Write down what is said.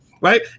Right